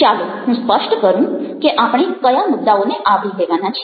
ચાલો હું સ્પષ્ટ કરું કે આપણે કયા મુદ્દાઓને આવરી લેવાના છીએ